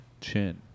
chin